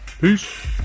Peace